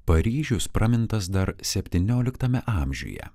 paryžius pramintas dar septynioliktame amžiuje